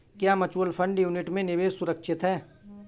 क्या mutual fund unit में निवेश सुरक्षित है?